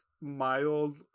mild